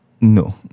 No